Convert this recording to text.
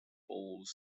bowls